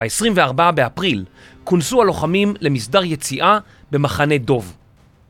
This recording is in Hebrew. ה-24 באפריל כונסו הלוחמים למסדר יציאה במחנה דוב.